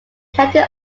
county